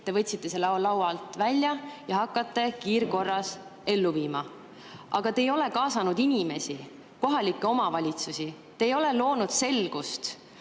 te võtsite selle laua alt välja ja hakkate kiirkorras ellu viima. Aga te ei ole kaasanud inimesi, kohalikke omavalitsusi, te ei ole loonud selgust.